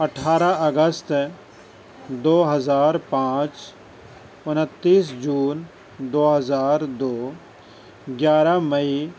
اٹھارہ اگست دو ہزار پانچ اُنتیس جون دو ہزار دو گیارہ مئی